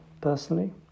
personally